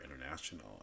international